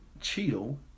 Cheeto